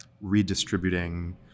redistributing